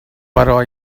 però